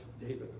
David